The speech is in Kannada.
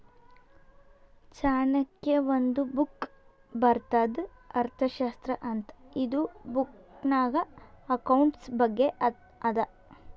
ಚಾಣಕ್ಯ ಒಂದ್ ಬುಕ್ ಬರ್ದಾನ್ ಅರ್ಥಶಾಸ್ತ್ರ ಅಂತ್ ಇದು ಬುಕ್ನಾಗ್ ಅಕೌಂಟ್ಸ್ ಬಗ್ಗೆ ಅದಾ